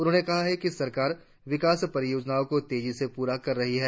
उन्होंने कहा कि सरकार विकास परियोजनाओं को तेजी से पुरा कर रही है